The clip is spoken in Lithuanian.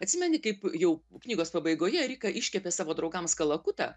atsimeni kaip jau knygos pabaigoje rika iškepė savo draugams kalakutą